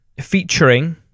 featuring